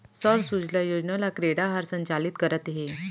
सौर सूजला योजना ल क्रेडा ह संचालित करत हे